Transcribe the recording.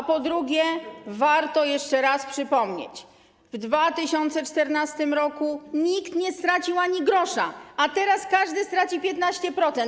A po drugie, warto jeszcze raz przypomnieć, że w 2014 r. nikt nie stracił ani grosza, a teraz każdy straci 15%.